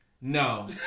No